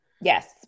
Yes